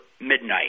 midnight